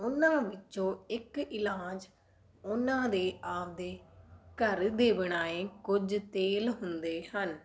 ਉਹਨਾਂ ਵਿੱਚੋਂ ਇੱਕ ਇਲਾਜ ਉਹਨਾਂ ਦੇ ਆਪਦੇ ਘਰ ਦੇ ਬਣਾਏ ਕੁਝ ਤੇਲ ਹੁੰਦੇ ਹਨ